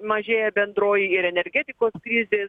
mažėja bendroji ir energetikos krizė